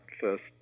first